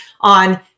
on